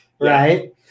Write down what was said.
right